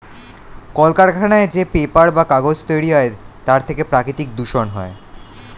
কলকারখানায় যে পেপার বা কাগজ তৈরি হয় তার থেকে প্রাকৃতিক দূষণ হয়